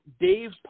Dave